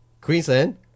Queensland